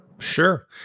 Sure